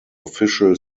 official